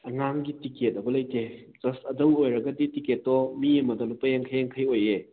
ꯑꯉꯥꯡꯒꯤ ꯇꯤꯛꯀꯦꯠ ꯍꯥꯏꯕ ꯂꯩꯇꯦ ꯖꯁ ꯑꯦꯗꯜꯠ ꯑꯣꯏꯔꯒꯗꯤ ꯇꯤꯛꯀꯦꯠꯇꯣ ꯃꯤ ꯑꯃꯗ ꯂꯨꯄꯥ ꯌꯥꯡꯈꯩ ꯌꯥꯡꯈꯩ ꯑꯣꯏꯌꯦ